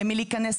למי להיכנס,